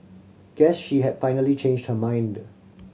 guess she had finally changed her mind